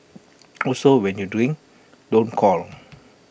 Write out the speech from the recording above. also when you drink don't call